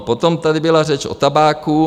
Potom tady byla řeč o tabáku.